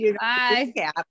bye